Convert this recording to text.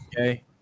okay